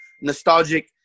nostalgic